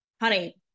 honey